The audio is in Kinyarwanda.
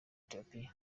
ethiopia